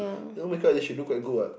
your makeup then she look quite good what